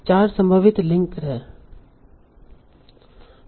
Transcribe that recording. तो चार संभावित लिंक हैं